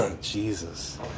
Jesus